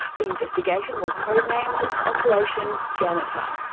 the investigation was code-named operation janitor.